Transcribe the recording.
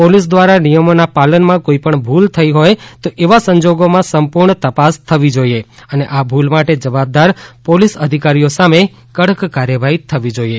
police ધ્વારા નિયમોના પાલનમાં કોઇપણ ભુલ થઇ હોય તો એવા સંજોગોમાં સંપુર્ણ તપાસ થવી જોઇએ અને આ ભુલ માટે જવાબદાર પોલીસ અધિકારીઓ સામે કડક કાર્યવાહી થવી જોઇએ